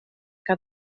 que